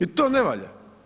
I to ne valja.